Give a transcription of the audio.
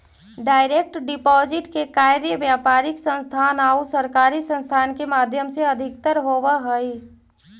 direct deposit के कार्य व्यापारिक संस्थान आउ सरकारी संस्थान के माध्यम से अधिकतर होवऽ हइ